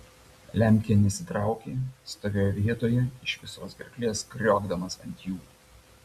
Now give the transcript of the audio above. lemkė nesitraukė stovėjo vietoje iš visos gerklės kriokdamas ant jų